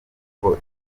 uko